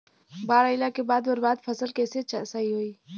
बाढ़ आइला के बाद बर्बाद फसल कैसे सही होयी?